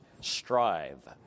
strive